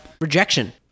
rejection